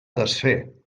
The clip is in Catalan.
desfer